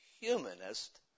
humanist